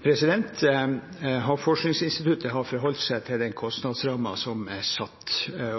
Havforskningsinstituttet har forholdt seg til den kostnadsrammen som er satt,